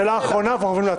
שאלה אחרונה ועוברים ל הצבעה.